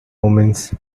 omens